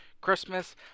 Christmas